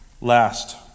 Last